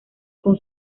con